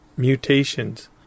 mutations